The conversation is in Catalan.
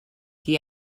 qui